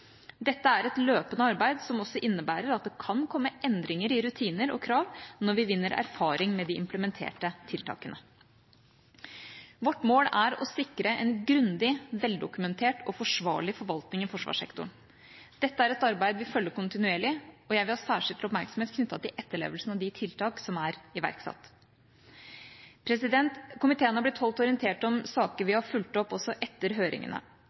Dette er et løpende arbeid, som også innebærer at det kan komme endringer i rutiner og krav når vi vinner erfaring med de implementerte tiltakene. Vårt mål er å sikre en grundig, veldokumentert og forsvarlig forvaltning i forsvarssektoren. Dette er et arbeid vi følger kontinuerlig, og jeg vil ha særskilt oppmerksomhet knyttet til etterlevelsen av de tiltak som er iverksatt. Komiteen har blitt holdt orientert om saker vi har fulgt opp, også etter høringene.